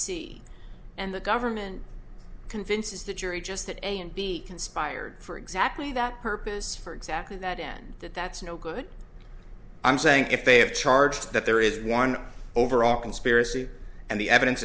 c and the government convinces the jury just that a and b conspired for exactly that purpose for exactly that in that that's no good i'm saying if they have charged that there is one overall conspiracy and the evidence